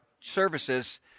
services